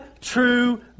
true